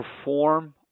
perform